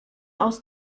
aus